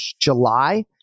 July